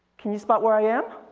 can you spot where i am?